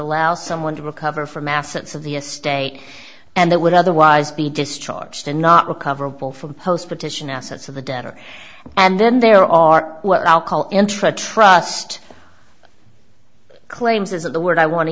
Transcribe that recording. allow someone to recover from assets of the estate and that would otherwise be discharged and not recoverable from post petition assets of the debtor and then there are what i'll call intra trust claims is that the word i want to